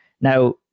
Now